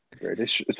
British